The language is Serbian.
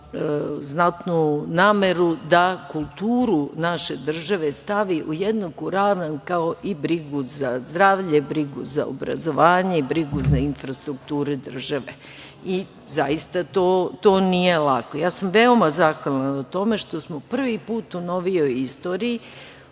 znatnu nameru da kulturu naše države stavi u jednaku ravan kao i brigu za zdravlje, za obrazovanje i brigu za infrastrukturu države. Zaista to nije lako. Veoma sam zahvalna na tome što smo prvi put u novijoj istoriji